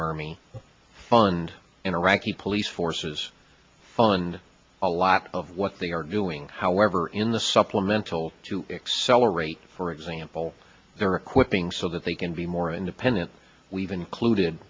army fund in iraqi police forces fund a lot of what they are doing however in the supplemental to accelerate for example there are a quick thing so that they can be more independent we've included